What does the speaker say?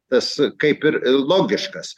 tas kaip ir logiškas